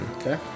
Okay